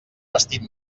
vestit